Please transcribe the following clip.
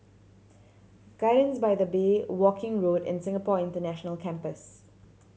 gardens by the Bay Woking Road and Singapore International Campus